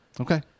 Okay